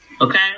Okay